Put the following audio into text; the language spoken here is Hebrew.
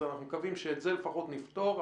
אז אנחנו מקווים שאת זה לפחות נפתור.